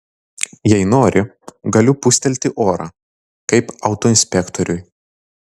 jei nori galiu pūstelti orą kaip autoinspektoriui